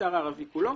למגזר הערבי כולו.